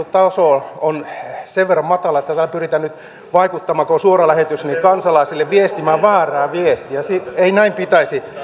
taso on sen verran matala kun täällä pyritään nyt kun on suora lähetys kansalaisille viestimään väärää viestiä ei näin pitäisi